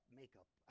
makeup